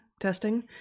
testing